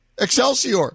Excelsior